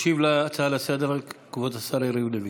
ישיב על ההצעה לסדר-היום כבוד השר יריב לוין.